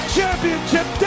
Championship